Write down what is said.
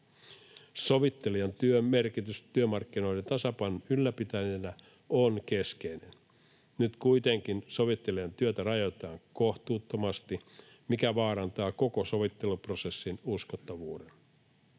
Sovittelijan työn merkitys työmarkkinoiden tasapainon ylläpitäjänä on keskeinen. Nyt kuitenkin sovittelijan työtä rajoitetaan kohtuuttomasti, mikä vaarantaa koko sovitteluprosessin uskottavuuden.